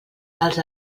els